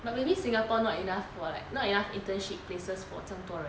but maybe singapore not enough for like not enough internship places for 这样多人